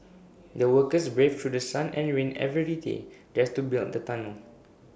the workers braved through sun and rain every day just to build the tunnel